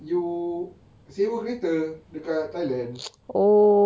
you sewa kereta dekat thailand